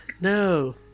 no